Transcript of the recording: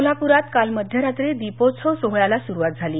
कोल्हापुरात काल मध्यरात्री दीपोत्सव सोहळ्याला सुरुवात झाली